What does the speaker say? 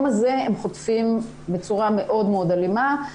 הזה הם חוטפים בצורה מאוד מאוד אלימה.